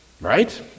right